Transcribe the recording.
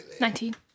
Nineteen